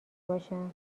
باشم